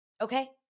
Okay